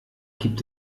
gibt